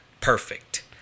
perfect